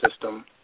system